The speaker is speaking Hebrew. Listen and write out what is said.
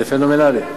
זה פנומנלי.